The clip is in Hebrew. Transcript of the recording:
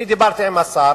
אני דיברתי עם השר